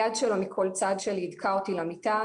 יד שלו מכל צד שלי הידקה אותי למיטה.